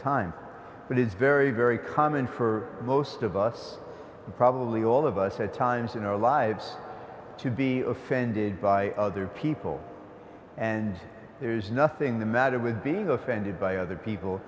time but it's very very common for most of us probably all of us at times in our lives to be offended by other people and there's nothing the matter with being offended by other people